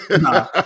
No